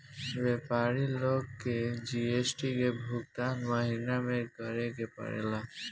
व्यापारी लोग के जी.एस.टी के भुगतान महीना में करे के पड़ेला